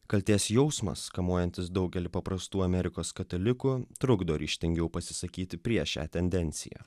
kaltės jausmas kamuojantys daugelį paprastų amerikos katalikų trukdo ryžtingiau pasisakyti prieš šią tendenciją